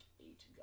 eight